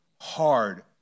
hard